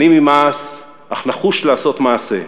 עני ממעש אך נחוש לעשות מעשה.